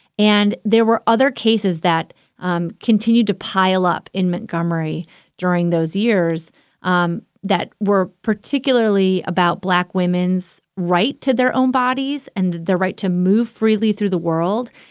and there were other cases that um continued to pile up in montgomery during those years um that were particularly about black women's right to their own bodies and their right to move freely through the world.